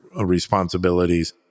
responsibilities